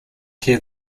hear